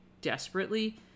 desperately